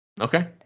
Okay